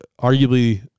arguably